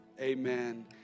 amen